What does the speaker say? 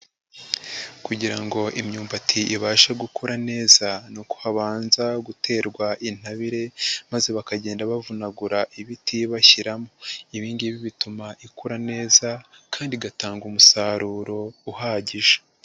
Kugira ngo imyumbati ibashe gukura neza, ni uko habanza guterwa intabire maze bakagenda bavunagura ibiti bashyiramo. Ibi ngibi bituma ikura neza kandi igatanga umusaruro uhagije.